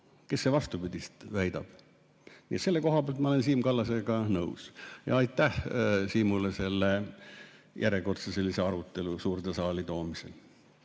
Kes see vastupidist väidab? Selle koha pealt ma olen Siim Kallasega nõus ja aitäh Siimule järjekordse sellise arutelu suurde saali toomise